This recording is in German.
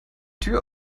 tür